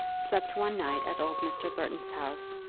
slept one night at old mr. burton's house,